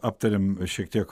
aptarėm šiek tiek